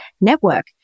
network